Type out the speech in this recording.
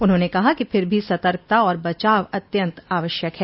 उन्होंने कहा कि फिर भी सतर्कता और बचाव अत्यंत आवश्यक है